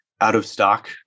out-of-stock